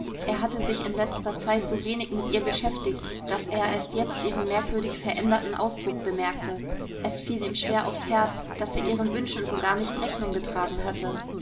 er hatte sich in letzter zeit so wenig mit ihr beschäftigt daß er erst jetzt ihren merkwürdig veränderten ausdruck bemerkte es fiel ihm schwer aufs herz daß er ihren wünschen so gar nicht rechnung getragen hatte